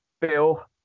Bill